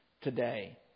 Today